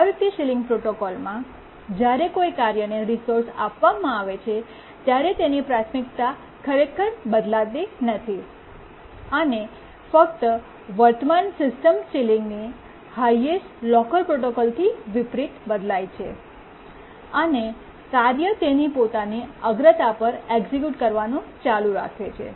priority ceiling પ્રોટોકોલમાં જ્યારે કોઈ કાર્યને રિસોર્સ આપવામાં આવે છે ત્યારે તેની પ્રાથમિકતા ખરેખર બદલાતી નથી અને ફક્ત વર્તમાન સિસ્ટમની સીલીંગ હાયેસ્ટ લોકર પ્રોટોકોલથી વિપરિત બદલાય છે અને કાર્ય તેની પોતાની અગ્રતા પર એક્સિક્યૂટ કરવાનું ચાલુ રાખે છે